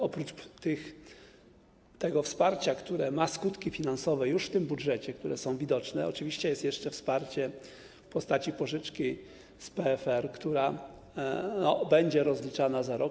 Oprócz tego wsparcia, które ma już skutki finansowe w tym budżecie, które są widoczne, oczywiście jest jeszcze wsparcie w postaci pożyczki z PFR, która będzie rozliczana za rok.